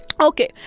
okay